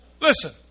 Listen